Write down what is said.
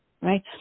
right